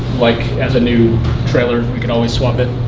like, as a new trailer we could always swap it.